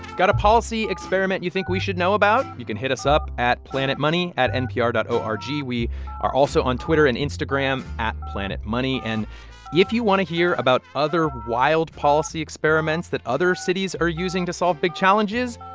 got a policy experiment you think we should know about? you can hit us up at planetmoney at npr dot o r g. we are also on twitter and instagram, at planetmoney. and if you want to hear about other wild policy experiments that other cities are using to solve big challenges,